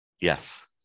Yes